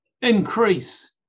increase